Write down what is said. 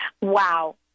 Wow